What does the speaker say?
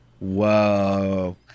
Whoa